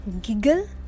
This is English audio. giggle